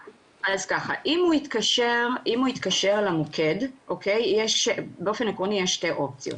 אם הוא התקשר למוקד, באופן עקרוני יש שתי אופציות.